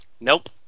Nope